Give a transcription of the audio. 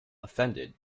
offended